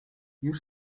już